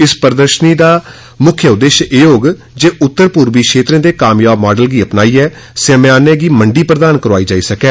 इस प्रदर्शनी दा मुक्ख उद्देश्य एह् होग जे उत्तरपूर्वी क्षेत्र दे कामयाब माडल गी अपनाईए समयानें गी मंडी प्रधान करोआई जाई सकै